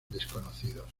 desconocidos